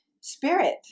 spirit